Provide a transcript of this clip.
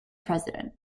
president